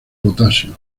potasio